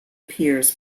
piers